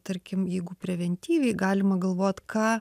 tarkim jeigu preventyviai galima galvot ką